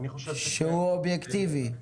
שהוא אובייקטיבי?